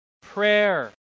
prayer